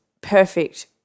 perfect